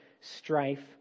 strife